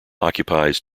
occupies